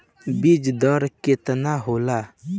बीज दर केतना होला?